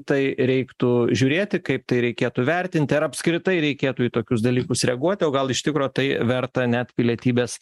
tai reiktų žiūrėti kaip tai reikėtų vertinti ar apskritai reikėtų į tokius dalykus reaguoti o gal iš tikro tai verta net pilietybės